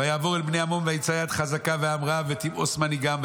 ויעבור אל בני עמון וימצא יד חזקה ועם רב וטימותאוס ממנהיגם.